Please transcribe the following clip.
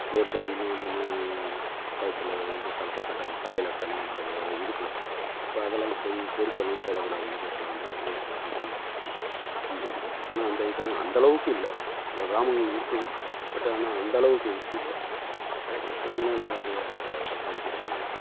உயர் ஜாதிலாம் வந்தாங்கன்னா கழுத்துல இது தலைப்பா கட்டு தலையில் தனியாக அது இடுப்பில் கட்டுவாங்க இப்போது அதல்லாம் போய் செருப்புலாம் போட கூடாது ரோட்டில் வந்தால் உயர் ஜாதி கீழ் கீழ் ஜாதின்னு இப்போலாம் அந்த அளவுக்கு இல்லை சில கிராமங்கள் இருக்கலாம் பட் ஆனால் அந்த அளவுக்கு இப்போ இல்லை அதே போல் பெண்களும் நல்லபடியாக இப்போ படிக்கிறாங்க